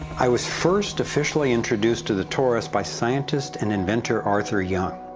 i was first officially introduced to the torus by scientist and inventor arthur young.